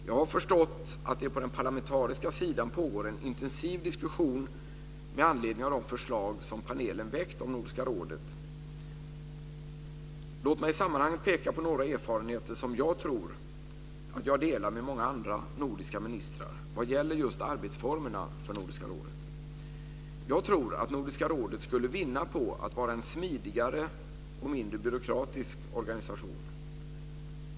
Jag har förstått att det på den parlamentariska sidan pågår en intensiv diskussion med anledning av de förslag som panelen har väckt om Nordiska rådet. Låt mig i sammanhanget peka på några erfarenheter som jag tror att jag delar med många andra nordiska ministrar vad gäller just arbetsformerna för Nordiska rådet. Jag tror att Nordiska rådet skulle vinna på att vara en smidigare och mindre byråkratisk organisation.